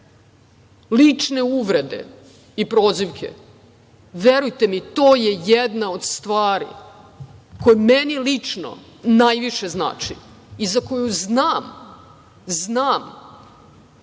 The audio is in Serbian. lične uvrede i prozivke, verujte, to je jedna od stvari koja meni lično najviše znači i za koju znam da